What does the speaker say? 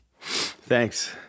Thanks